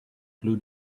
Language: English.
blue